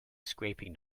scraping